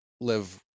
live